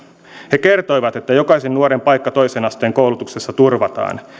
he kertoivat että jokaisen nuoren paikka toisen asteen koulutuksessa turvataan